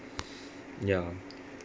ya